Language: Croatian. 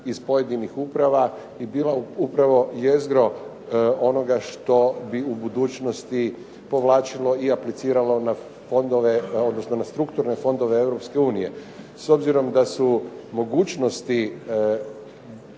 iz pojedinih uprava i bila upravo jezgrom onoga što bi u budućnosti apliciralo na fondove na strukturne fondove Europske unije. S obzirom da su mogućnosti